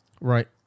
Right